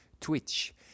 twitch